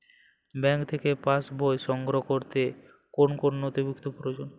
Bank থেকে pass বই সংগ্রহ করতে কোন কোন নথি প্রয়োজন?